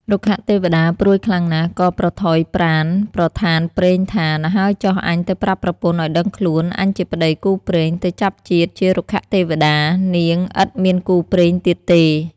រុក្ខទេវតាព្រួយខ្លាំងណាស់ក៏ ប្រថុយប្រាណប្រថានព្រេងថា ណ្ហើយចុះអញទៅប្រាប់ប្រពន្ធឱ្យដឹងខ្លួនអញជាប្ដីគូព្រេងទៅចាប់ជាតិជា រុក្ខទេវតា នាងឥតមានគូព្រេងទៀតទេ។